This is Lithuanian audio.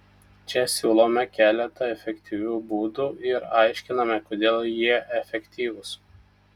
čia siūlome keletą efektyvių būdų ir aiškiname kodėl jie efektyvūs